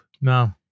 No